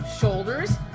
shoulders